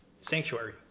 Sanctuary